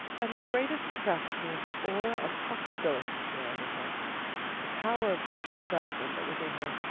that her greatest attraction was the aura of possibility surrounding her. the power of future development that was in her.